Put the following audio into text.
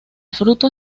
fruto